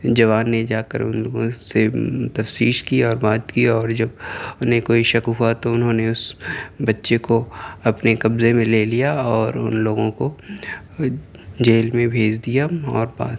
جوان نے جا کر ان لوگون سے تفشیش کیا اور بات کیا اور جب انھیں کوئی شک ہوا تو انہوں نے اس بچے کو اپنے قبضہ میں لے لیا اور ان لوگوں کو جیل میں بھیج دیا اور